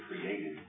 created